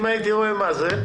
אם הייתי רואה מה זה,